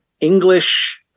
English